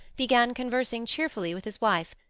began conversing cheerfully with his wife,